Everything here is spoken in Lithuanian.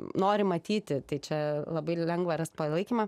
nori matyti tai čia labai lengva rast palaikymą